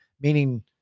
Meaning